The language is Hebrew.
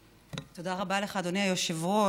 תודה רבה לך, אדוני היושב-ראש.